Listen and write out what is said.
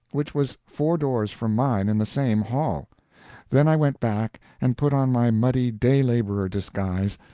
which was four doors from mine in the same hall then i went back and put on my muddy day-laborer disguise,